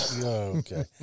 Okay